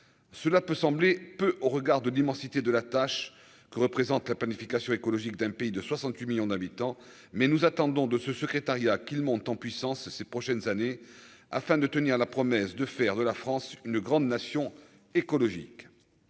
cela peut sembler peu au regard de d'immensité de la tâche que représente la planification écologique d'un pays de 68 millions d'habitants, mais nous attendons de ce secrétariat qu'il monte en puissance ces prochaines années afin de tenir la promesse de faire de la France une grande nation écologique